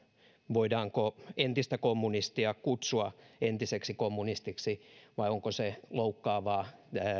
voidaanko entistä kommunistia kutsua entiseksi kommunistiksi vai onko se loukkaavaa